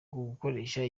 gukoresha